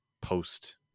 post-